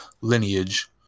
lineage